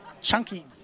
chunky